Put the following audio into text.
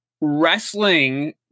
wrestling